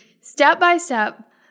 step-by-step